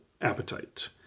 appetite